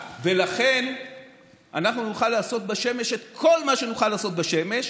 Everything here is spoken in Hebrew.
ולכן אנחנו נוכל לעשות בשמש את כל מה שנוכל לעשות בשמש,